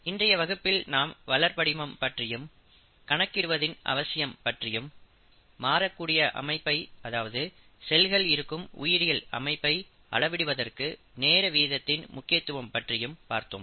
இன்றைய வகுப்பில் நாம் வளர் படிமம் பற்றியும் கணக்கிடுவதின் அவசியம் பற்றியும் மாறக்கூடிய அமைப்பை அதாவது செல்கள் இருக்கும் உயிரியல் அமைப்பை அளவிடுவதற்கு நேர வீதத்தின் முக்கியத்துவம் பற்றியும் பார்த்தோம்